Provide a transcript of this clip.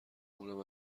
اونم